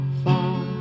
far